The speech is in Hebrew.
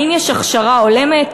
האם יש הכשרה הולמת?